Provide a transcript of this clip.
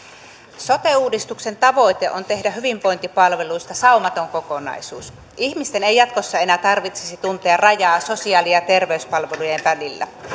sote uudistuksen tavoite on tehdä hyvinvointipalveluista saumaton kokonaisuus ihmisten ei jatkossa enää tarvitsisi tuntea rajaa sosiaali ja terveyspalvelujen välillä